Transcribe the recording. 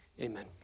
Amen